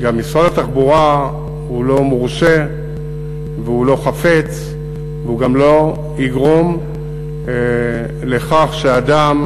גם משרד התחבורה לא מורשה ולא חפץ והוא גם לא יגרום לכך שאדם,